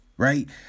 right